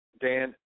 Dan